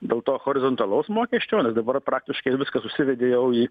dėl to horizontalaus mokesčiones dabar praktiškai viskas užsivedė jau į